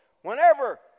whenever